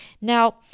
Now